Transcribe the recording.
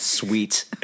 sweet